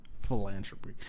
philanthropy